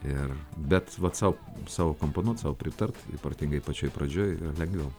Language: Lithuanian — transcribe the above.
ir bet vat sau sau komponuot sau pritart ypatingai pačioj pradžioj lengviau